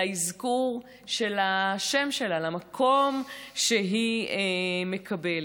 לאזכור של השם שלה, למקום שהיא מקבלת.